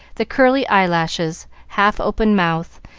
the curly eyelashes, half-open mouth,